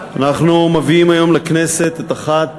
אנחנו מביאים היום לכנסת את אחת